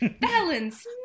balance